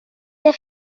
der